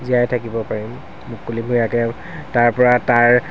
জীয়াই থাকিব পাৰিম মুকলিমূৰীয়াকৈ তাৰ পৰা তাৰ